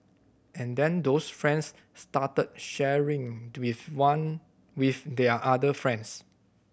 and then those friends start sharing with one with their other friends